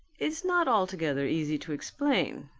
it's not altogether easy to explain,